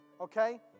okay